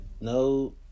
no